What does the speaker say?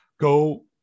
go